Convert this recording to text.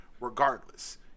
regardless